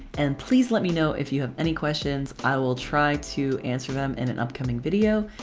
and please let me know if you have any questions, i will try to answer them in an upcoming video.